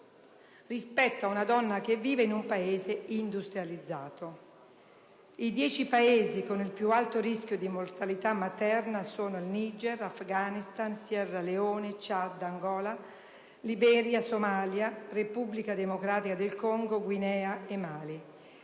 rispetto a una donna che vive in un Paese industrializzato. I dieci Paesi con il più alto rischio di mortalità materna sono: Niger, Afghanistan, Sierra Leone, Ciad, Angola, Liberia, Somalia, Repubblica democratica del Congo, Guinea e Mali.